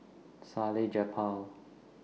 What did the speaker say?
Salleh Japar